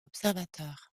observateur